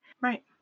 Right